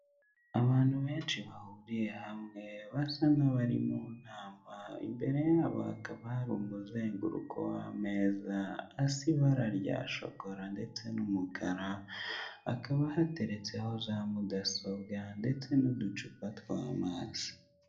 Abantu benshi bahuriye hamwe basa nkabari munama imbere yabo hakaba hari umuzenguruko w'ameza asa ibara rya shokora ndetse n'umukara hakaba hateretseho za mudasobwa ndetse n'uducupa tw'amazi.